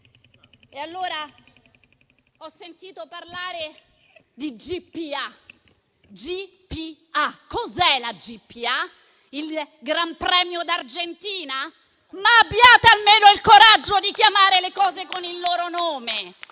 Ho sentito parlare di GPA. Cos'è la GPA? Il Gran Premio d'Argentina? Ma abbiate almeno il coraggio di chiamare le cose con il loro nome: